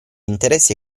interessi